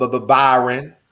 Byron